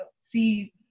see